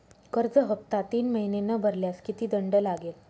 कर्ज हफ्ता तीन महिने न भरल्यास किती दंड लागेल?